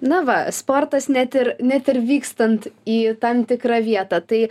na va sportas net ir net ir vykstant į tam tikrą vietą tai